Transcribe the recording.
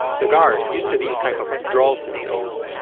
the guard, used to these type of withdrawal symptoms,